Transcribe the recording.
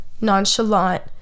nonchalant